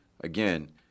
Again